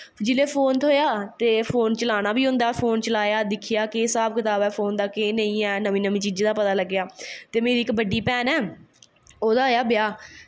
जिसलै फोन थ्होया ते ओह् फोन चलाना बी होंदा ओह् फोन चलाया दिक्खेआ केह् हीसाब कताब ऐ फोन दा नमीं नमीं चीज़ें दा पता लग्गेआ ते मेरी इक बड्डी भैन ऐ ओह्दा होया ब्याह्